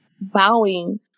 bowing